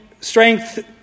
strength